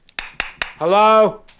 Hello